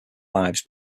lives